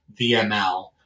VML